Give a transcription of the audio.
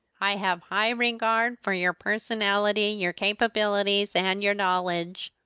i have high regard for your personality, your capabilities, and your knowledge,